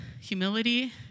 humility